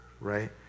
right